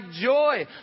joy